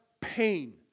pain